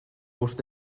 gust